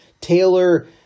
Taylor